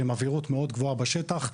עם עבירות מאוד גבוהה בשטח.